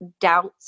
doubts